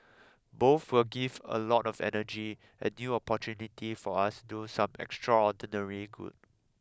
both will give a lot of energy and new opportunity for us do some extraordinary good